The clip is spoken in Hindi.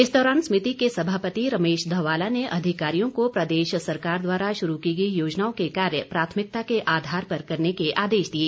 इस दौरान समिति के सभापति रमेश ध्वाला ने अधिकारियों को प्रदेश सरकार द्वारा शुरू की गई योजनाओं के कार्य प्राथमिकता के आधार पर करने के आदेश दिए